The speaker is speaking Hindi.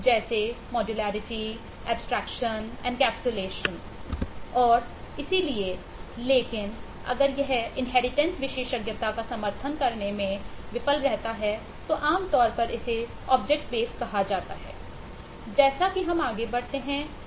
जैसा कि हम आगे बढ़ते हैं आप अंतर को और समझेंगे